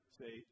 say